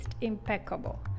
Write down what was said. impeccable